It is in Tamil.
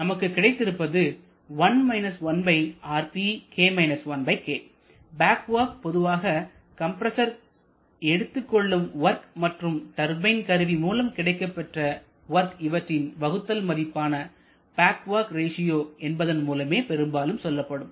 நமக்கு கிடைத்திருப்பது பேக் வொர்க் பொதுவாக கம்பரசர் கருவி எடுத்துக்கொள்ளும் வொர்க் மற்றும் டர்பைன் கருவி மூலம் கிடைக்கப்பெற்ற வொர்க் இவற்றின் வகுத்தல் மதிப்பான பேக் வொர்க் ரேசியோ என்பதன் மூலமே பெரும்பாலும் சொல்லப்படும்